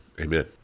amen